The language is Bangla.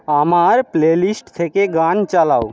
আমার প্লেলিস্ট থেকে গান চালাও